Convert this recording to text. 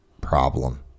problem